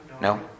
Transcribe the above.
No